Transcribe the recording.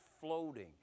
floating